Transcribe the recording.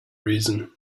reason